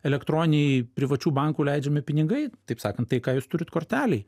elektroniniai privačių bankų leidžiami pinigai taip sakant tai ką jūs turit kortelėj